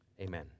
Amen